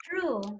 True